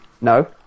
No